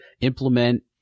implement